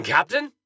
Captain